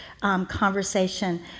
conversation